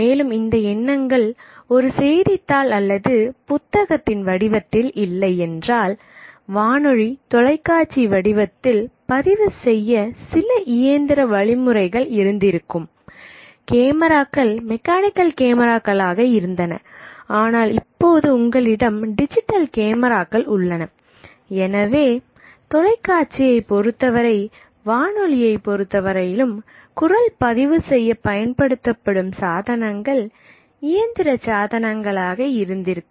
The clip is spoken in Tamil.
மேலும் இந்த எண்ணங்கள் ஒரு செய்தித்தாள் அல்லது புத்தகத்தின் வடிவத்தில் இல்லை என்றால் வானொலி தொலைக்காட்சி வடிவத்தில் பதிவு செய்ய சில இயந்திர வழிமுறைகள் இருந்திருக்கும் கேமராக்கள் மெக்கானிக்கல் கேமெராக்களாக இருந்தன ஆனால் இப்போது உங்களிடம் டிஜிட்டல் கேமராக்கள் உள்ளன எனவே தொலைக்காட்சியை பொருத்தவரை வானொலியை பொறுத்தவரையிலும் குரல் பதிவு செய்ய பயன்படுத்தப்படும் சாதனங்கள் இயந்திரச் சாதனங்கள் ஆக இருந்திருக்கும்